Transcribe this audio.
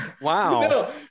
Wow